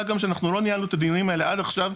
מה גם שאנחנו לא ניהלנו את הדיונים האלה עד עכשיו,